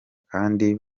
kandi